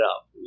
up